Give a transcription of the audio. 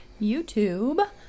youtube